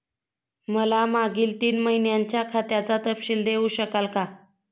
मला मागील तीन महिन्यांचा खात्याचा तपशील देऊ शकाल का?